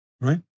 Right